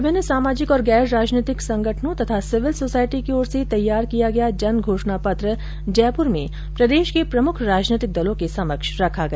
विभिन्न सामाजिक और गैर राजनैतिक संगठनों तथा सिविल सोसायटी की ओर से तैयार किया गया जन घोषणा पत्र जयपुर में प्रदेश के प्रमुख राजनैतिक दलों के समक्ष रखा गया